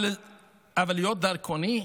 אבל להיות דרקוני?